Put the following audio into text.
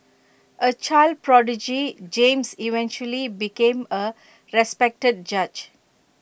A child prodigy James eventually became A respected judge